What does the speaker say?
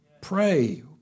Pray